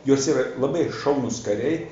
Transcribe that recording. jos yra labai šaunūs kariai